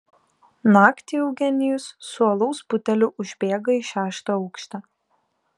naktį eugenijus su alaus buteliu užbėga į šeštą aukštą